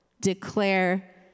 declare